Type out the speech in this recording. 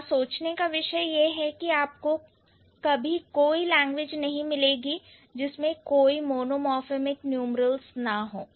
यहां चिंता का विषय यह है कि आपको कभी कोई लैंग्वेज नहीं मिलेगी जिसमें कोई मोनोमोर्फेमिक न्यूमरल्स ना हो